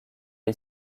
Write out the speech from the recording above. est